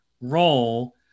role